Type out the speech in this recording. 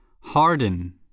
Harden